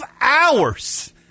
hours